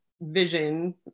vision